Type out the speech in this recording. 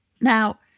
Now